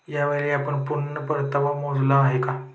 यावेळी आपण पूर्ण परतावा मोजला आहे का?